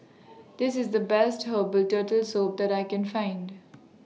This IS The Best Herbal Turtle Soup that I Can Find